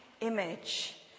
image